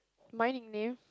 my nickname